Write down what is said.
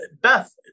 Beth